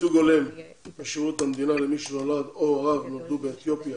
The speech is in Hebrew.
ייצוג הולם בשירות המדינה למי שנולד או הוריו נולדו באתיופיה